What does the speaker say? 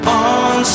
on